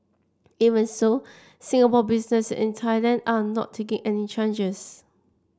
even so Singapore business in Thailand are not taking any changes